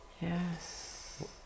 Yes